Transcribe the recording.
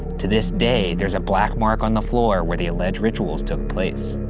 to this day, there's a black mark on the floor where the alleged rituals took place.